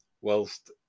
whilst